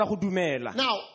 Now